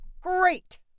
Great